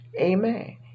Amen